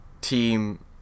team